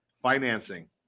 financing